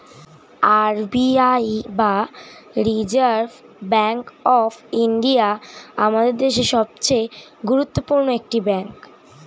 R B I বা Reserve Bank of India আমাদের দেশের সবচেয়ে গুরুত্বপূর্ণ একটি ব্যাঙ্ক